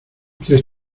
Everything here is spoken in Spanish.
tres